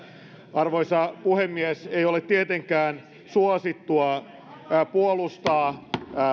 arvoisa puhemies ei ole tietenkään suosittua puolustaa